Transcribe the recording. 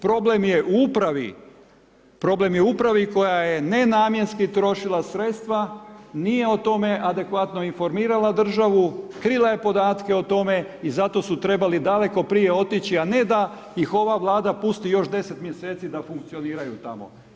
Problem je u upravi, koja je nenamjenski trošila sredstva nije o tome adekvatno informirala državu, krila je podatke o tome i zato su trebali daleko prije otići a ne da ih ova vlada pusti još 10 mj. da funkcioniraju tamo.